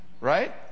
right